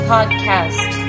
Podcast